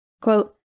Quote